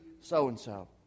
so-and-so